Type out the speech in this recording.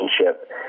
relationship